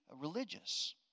religious